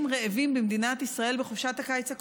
רעבים במדינת ישראל בחופשת הקיץ הקרובה,